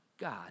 God